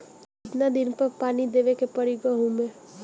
कितना दिन पर पानी देवे के पड़ी गहु में?